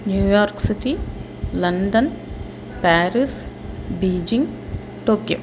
New York city London Paris Beijing Tokyo